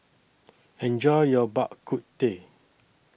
Enjoy your Bak Kut Teh